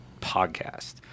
podcast